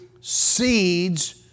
seeds